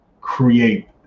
create